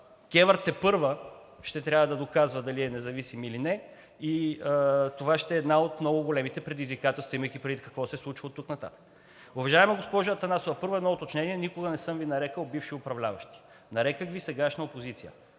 КЕВР тепърва ще трябва да доказва дали е независим или не и това ще е едно от много големите предизвикателства, имайки предвид какво се случва оттук нататък. Уважаема госпожо Атанасова, първо, едно уточнение, никога не съм Ви нарекъл „бивши управляващи“. Нарекох Ви „сегашна опозиция“.